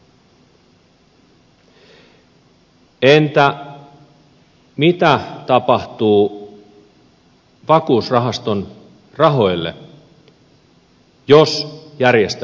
entä mitä tapahtuu vakuusrahaston rahoille jos järjestelmä kaatuu